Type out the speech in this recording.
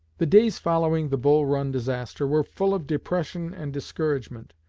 the days following the bull run disaster were full of depression and discouragement,